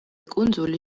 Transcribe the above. კუნძული